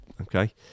Okay